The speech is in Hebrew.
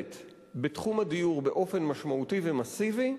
בתחום הדיור באופן משמעותי ומסיבי,